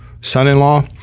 son-in-law